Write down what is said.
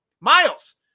Miles